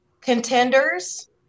contenders